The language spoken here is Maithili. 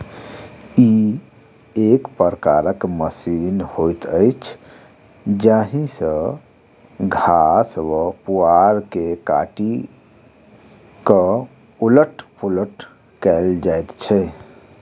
ई एक प्रकारक मशीन होइत अछि जाहि सॅ घास वा पुआर के काटि क उलट पुलट कयल जाइत छै